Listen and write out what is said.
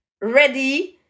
ready